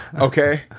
Okay